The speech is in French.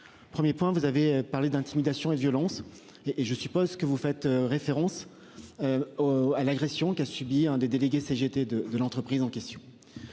1er point, vous avez parlé d'intimidation et de violence et je suppose que vous faites référence. À l'agression qui a subi un des délégués CGT de de l'entreprise en question.